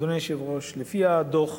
אדוני היושב-ראש, לפי הדוח,